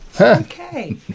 Okay